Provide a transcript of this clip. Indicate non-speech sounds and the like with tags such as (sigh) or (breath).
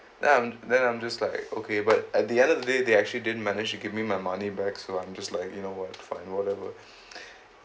then I'm then I'm just like okay but at the end of the day they actually didn't manage to give me my money back so I'm just like you know what fine whatever (breath)